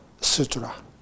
Sutra